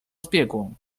zbiegłą